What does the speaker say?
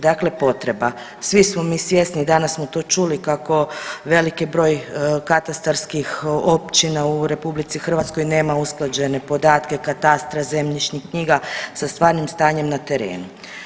Dakle, potreba, svi smo mi svjesni danas smo tu čuli kako veliki broj katastarskih općina u RH nema usklađene podatke katastra, zemljišnih knjiga sa stvarnim stanjem na terenu.